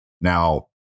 Now